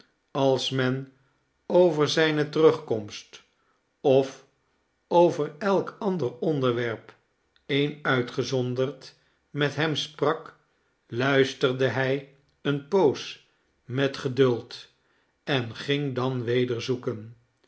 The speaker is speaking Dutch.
ms men over zijne terugkomst of over elk ander onderwerp een uitgezonderd met hem sprak luisterde hij eene poos met geduld en ging dan weder zoeken